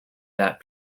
that